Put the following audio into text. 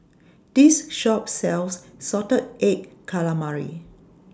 This Shop sells Salted Egg Calamari